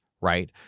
right